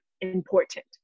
important